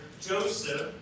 joseph